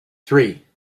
three